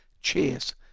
Cheers